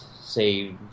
say